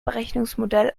berechnungsmodell